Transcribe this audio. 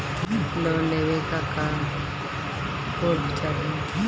Loan लेवे ला का पुर्फ चाही?